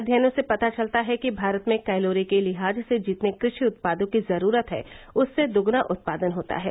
अध्ययनों से पता चलता है कि भारत में कैलोरी के लिहाज से जितने कृषि उत्पादों की जरूरत है उससे दोगुना उत्पादन होता है